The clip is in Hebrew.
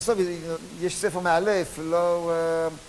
עכשיו, יש ספר מאלף, לא...